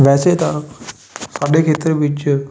ਵੈਸੇ ਤਾਂ ਸਾਡੇ ਖੇਤਰ ਵਿੱਚ